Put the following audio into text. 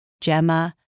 Gemma